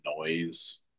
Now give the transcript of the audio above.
noise